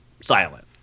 silent